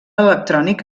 electrònic